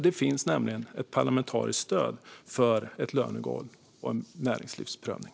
Det finns nämligen parlamentariskt stöd för ett lönegolv och en näringsprövning.